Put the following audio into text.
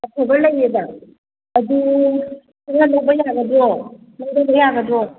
ꯑꯐꯕ ꯂꯩꯌꯦꯕ ꯑꯗꯨ ꯍꯧꯔꯦꯟ ꯂꯧꯕ ꯌꯥꯒꯗ꯭ꯔꯣ ꯂꯧꯔꯕ ꯌꯥꯒꯗ꯭ꯔꯣ